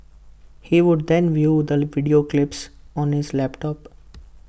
he would then view the video clips on his laptop